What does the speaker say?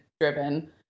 driven